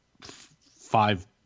five